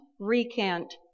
Recant